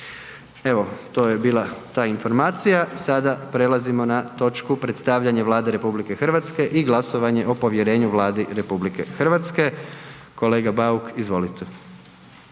Evo, to je bila ta informacija sada prelazimo na točku: - Predstavljanje Vlade RH i glasovanje o povjerenju Vladi RH. Kolega Bauk izvolite.